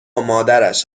مادرش